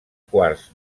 quarts